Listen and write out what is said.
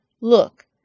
Look